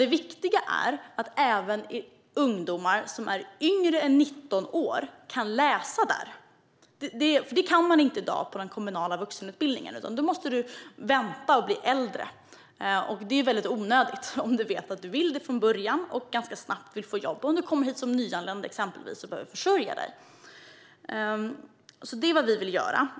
Det viktiga är att även ungdomar som är yngre än 19 år kan läsa där, för det kan de inte göra i dag på den kommunala vuxenutbildningen. I stället måste de vänta och bli äldre, vilket är väldigt onödigt om de redan från början vet att de vill det här och ganska snabbt vill få jobb. Exempelvis kommer man kanske hit och som nyanländ behöver försörja sig. Detta är vad vi vill göra.